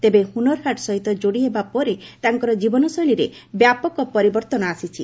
ତେବେ ହୁନରହାଟ୍ ସହିତ ଯୋଡ଼ି ହେବା ପରେ ତାଙ୍କ ଜୀବନଶୈଳୀରେ ବ୍ୟାପକ ପରିବର୍ତ୍ତନ ଆସିଛି